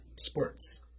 sports